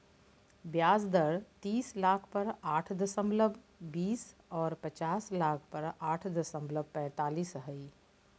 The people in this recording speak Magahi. ब्याज दर तीस लाख पर आठ दशमलब बीस और पचास लाख पर आठ दशमलब पैतालीस हइ